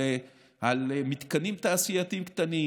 על מתקנים תעשייתיים קטנים